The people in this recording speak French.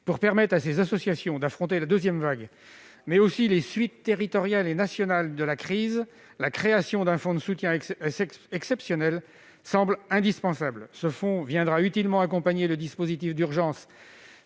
Pour permettre à ces associations d'affronter la deuxième vague, mais aussi les suites territoriales et nationales de la crise, la création d'un fonds de soutien exceptionnel semble indispensable. Ce fonds viendra utilement accompagner le dispositif d'urgence